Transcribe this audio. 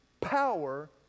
power